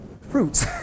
fruits